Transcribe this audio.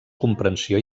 comprensió